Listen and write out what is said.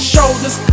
Shoulders